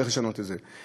שצריך לשנות את זה.